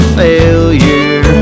failure